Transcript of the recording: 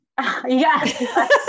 Yes